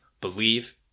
Believe